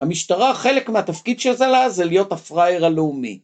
המשטרה חלק מהתפקיד של זה לה זה להיות הפראייר הלאומי